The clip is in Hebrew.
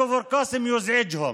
שעון, שעון.